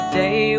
day